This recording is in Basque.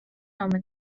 omen